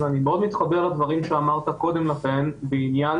אני מאוד מתחבר לדברים שאמרת קודם לכן בעניין